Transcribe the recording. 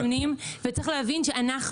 בוודאי צריך לשמור על האיזונים וצריך להבין שאנחנו,